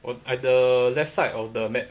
oh I the left side of the map